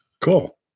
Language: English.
Cool